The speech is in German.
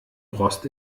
rost